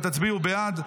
ותצביעו בעד.